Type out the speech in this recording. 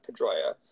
Pedroia